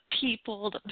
people